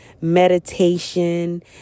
meditation